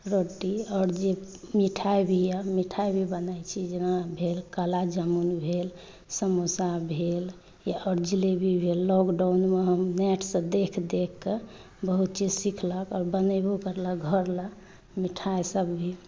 रोटी आओर जे मिठाइ भी यऽ मिठाइ भी बनाइ छी जेना भेल काला जामुन भेल समोसा भेल या आओर जिलेबी भेल लॉकडाउनमऽ हम नेटसँ देख देखकऽ बहुत चीज सीखलक आओर बनेबो करलक घरलऽ मिठाइसभ भी